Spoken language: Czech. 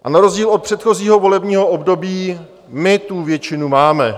A na rozdíl od předchozího volebního období my tu většinu máme.